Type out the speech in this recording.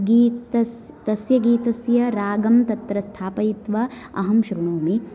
गीतस् तस्य गीतस्य रागं तत्र स्थापयित्वा अहं श्रुणोमि